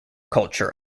culture